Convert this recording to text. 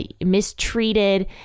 mistreated